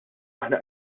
aħna